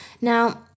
Now